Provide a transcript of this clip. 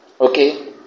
Okay